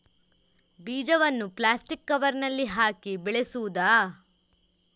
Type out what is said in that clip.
ಬೀಜವನ್ನು ಪ್ಲಾಸ್ಟಿಕ್ ಕವರಿನಲ್ಲಿ ಹಾಕಿ ಬೆಳೆಸುವುದಾ?